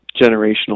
generational